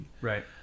right